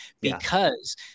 because-